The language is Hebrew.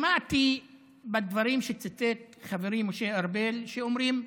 שמעתי בדברים שציטט חברי משה ארבל, שאומרים: